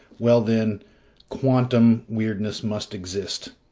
well then quantum weirdness must exist!